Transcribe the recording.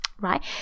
Right